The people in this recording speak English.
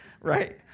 right